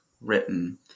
written